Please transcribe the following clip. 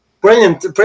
Brilliant